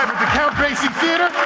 count basie theater!